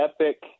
epic